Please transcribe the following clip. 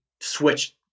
switch